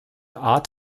art